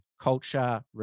culture